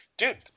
Dude